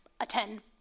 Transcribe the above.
attend